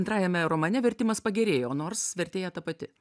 antrajame romane vertimas pagerėjo nors vertėja ta pati